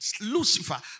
Lucifer